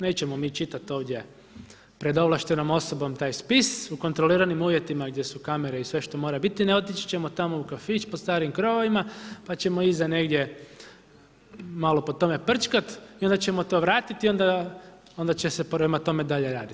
Nećemo mi čitati ovdje pred ovlaštenom osobom taj spis, u kontroliranim uvjetima, gdje su kamere i sve što mora biti, ne otići ćemo tamo u kafić Pod starim krovovima, pa ćemo iza negdje, malo po tome prčkat, onda ćemo to vratiti, onda će se prema tome dalje raditi.